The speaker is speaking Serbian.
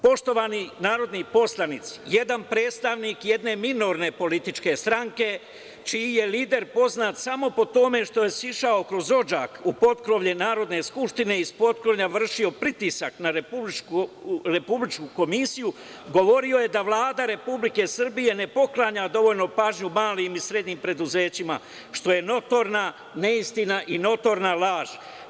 Poštovani narodni poslanici, jedan predstavnik jedne minorne političke stranke, čiji je lider poznat samo po tome što je sišao kroz odžak u potkrovlje Narodne skupštine i s potkrovlja vršio pritisak na Republičku komisiju, govorio je da Vlada Republike Srbije ne poklanja dovoljno pažnje malim i srednjim preduzećima, što je notorna neistina i notorna laž.